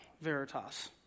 Veritas